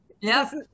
Yes